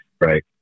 right